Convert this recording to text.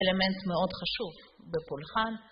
אלמנט מאוד חשוב בפולחן